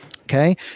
Okay